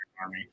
Army